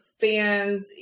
fans